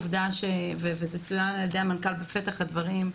זה צוין על ידי המנכ"ל בפתח הדברים,